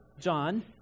John